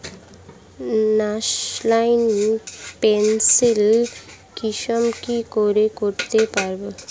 National pension scheme কি করে করতে পারব?